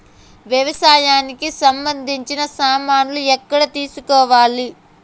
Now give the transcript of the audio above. వ్యవసాయానికి సంబంధించిన సామాన్లు ఎక్కడ తీసుకోవాలి?